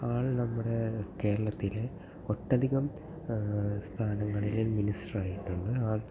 ആൾ നമ്മുടെ കേരളത്തിലെ ഒട്ടധികം സ്ഥാനങ്ങളിലെ മിനിസ്റ്റർ ആയിട്ടുണ്ട് ആൾ